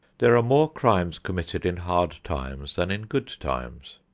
there are more crimes committed in hard times than in good times.